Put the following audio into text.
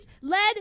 lead